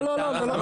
לא, לא.